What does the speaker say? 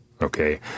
Okay